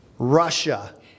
russia